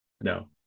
no